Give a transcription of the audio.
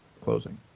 closing